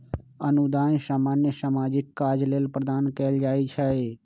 अनुदान सामान्य सामाजिक काज लेल प्रदान कएल जाइ छइ